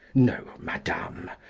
no, madam,